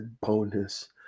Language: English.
bonus